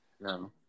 No